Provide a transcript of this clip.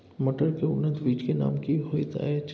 मटर के उन्नत बीज के नाम की होयत ऐछ?